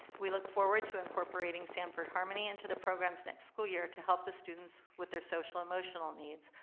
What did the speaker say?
we look forward to incorporating sanford harmony into the programs next school year to help the students with their social emotional needs,